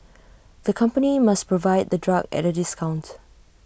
the company must provide the drug at A discount